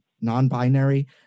non-binary